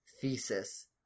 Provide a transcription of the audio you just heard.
thesis